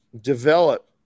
develop